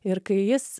ir kai jis